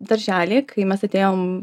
daržely kai mes atėjom